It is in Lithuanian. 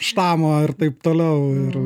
štamo ir taip toliau ir